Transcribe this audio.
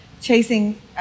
chasing